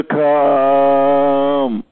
come